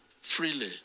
freely